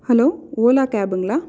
hello Ola கேப்புங்களா